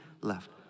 Left